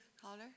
Caller